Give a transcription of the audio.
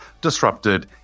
disrupted